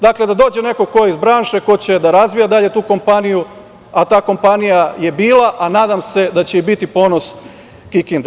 Dakle, da dođe neko ko je iz branše, ko će da razvija dalje tu kompaniju, a ta kompanija je bila, a nadam se da će i biti ponos Kikinde.